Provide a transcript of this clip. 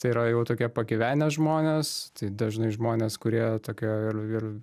tai yra jau tokie pagyvenę žmonės tai dažnai žmonės kurie tokie ir ir